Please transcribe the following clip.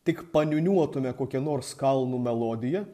tik paniūniuotume kokią nors kalnų melodiją